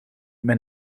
mijn